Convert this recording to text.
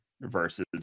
versus